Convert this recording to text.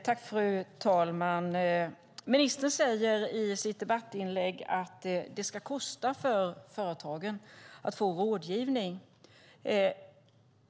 Fru talman! Ministern säger att det ska kosta för företagen att få rådgivning.